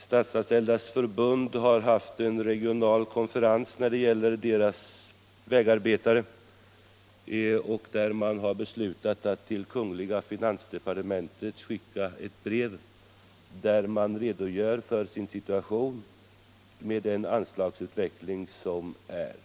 Statsanställdas förbund har för sina vägarbetare haft en regional konferens. Där beslöt man att till kungl. finansdepartementet skicka ett brev, där man redogör för sin situation på grund av anslagsutvecklingen.